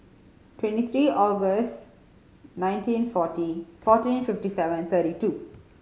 twenty three August nineteen forty fourteen fifty seven thirty two